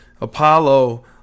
Apollo